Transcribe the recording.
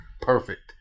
perfect